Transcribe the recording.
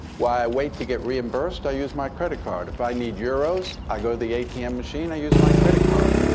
while i wait to get reimbursed, i use my credit card. if i need euros, i go to the atm machine, i use my credit card.